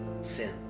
sin